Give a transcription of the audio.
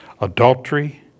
Adultery